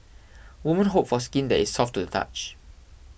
women hope for skin that is soft to the touch